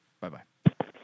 Bye-bye